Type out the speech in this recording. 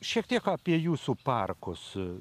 šiek tiek apie jūsų parkus